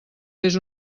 fes